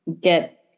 get